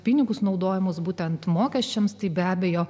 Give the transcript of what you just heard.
pinigus naudojamus būtent mokesčiams tai be abejo